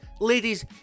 ladies